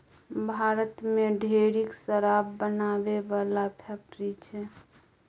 भारत मे ढेरिक शराब बनाबै बला फैक्ट्री छै